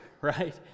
right